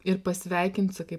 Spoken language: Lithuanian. ir pasveikint sakai